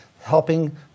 helping